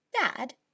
Dad